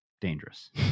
dangerous